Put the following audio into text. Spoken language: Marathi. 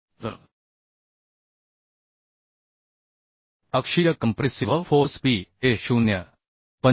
तर अक्षीय कंप्रेसिव्ह फोर्स p हे 0